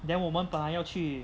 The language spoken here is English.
then 我们本来要去